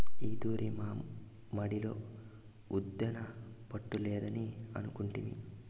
ఈ తూరి మా మడిలో ఉద్దాన పంటలేద్దామని అనుకొంటిమి